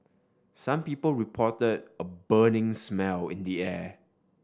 some people reported a burning smell in the air